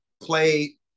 play